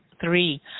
three